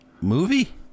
movie